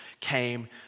came